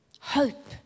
hope